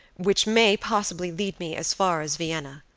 which may possibly lead me as far as vienna.